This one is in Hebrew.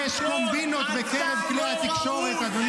חבר הכנסת לוי, אני רוצה לעשות בדיוק את הדבר הזה.